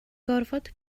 gorfod